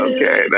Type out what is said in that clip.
Okay